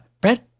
bread